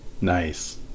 Nice